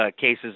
cases